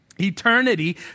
eternity